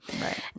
right